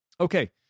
Okay